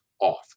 off